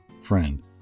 Friend